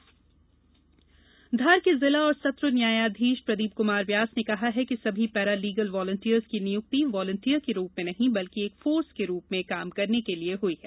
प्रशिक्षण धार के जिला और सत्र न्यायाधीश प्रदीप कुमार व्यास ने कहा है कि सभी पैरा लीगल वालेंटियर्स की नियुक्ति वालेंटियर के रूप में नहीं बल्कि एक फोर्स के रूप में काम करने के लिये हुई है